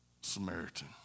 Samaritan